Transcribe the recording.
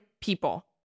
people